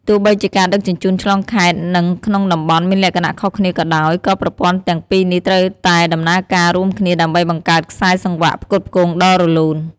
ទោះបីជាការដឹកជញ្ជូនឆ្លងខេត្តនិងក្នុងតំបន់មានលក្ខណៈខុសគ្នាក៏ដោយ ក៏ប្រព័ន្ធទាំងពីរនេះត្រូវតែដំណើរការរួមគ្នាដើម្បីបង្កើតខ្សែសង្វាក់ផ្គត់ផ្គង់ដ៏រលូន។